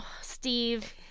Steve